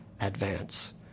advance